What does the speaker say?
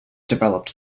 developed